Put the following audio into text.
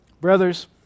Brothers